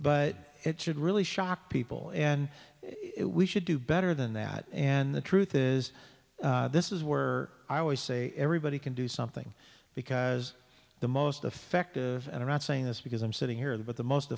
but it should really shock people and we should do better than that and the truth is this is where i always say everybody can do something because the most effective and i'm not saying this because i'm sitting here the but the most